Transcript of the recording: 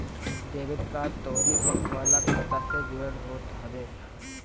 debit card तोहरी bank वाला खाता से जुड़ल होत हवे